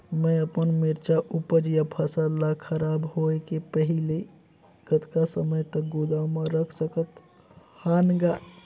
मैं अपन मिरचा ऊपज या फसल ला खराब होय के पहेली कतका समय तक गोदाम म रख सकथ हान ग?